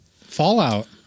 Fallout